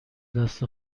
دست